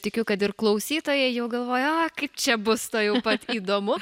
tikiu kad ir klausytojai jau galvoja a kaip čia bus tuojau pat įdomu